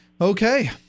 Okay